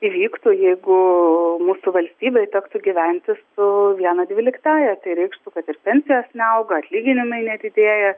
įvyktų jeigu mūsų valstybei tektų gyventi su viena dvyliktąja tai reikštų kad ir pensijos neauga atlyginimai nedidėja